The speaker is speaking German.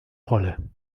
rolle